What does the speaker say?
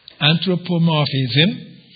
Anthropomorphism